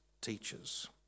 teachers